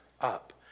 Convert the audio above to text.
up